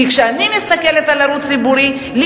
כי כשאני מסתכלת על הערוץ הציבורי יש